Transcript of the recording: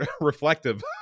reflective